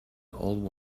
old